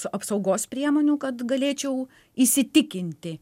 apsaugos priemonių kad galėčiau įsitikinti